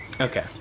Okay